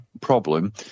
problem